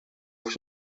over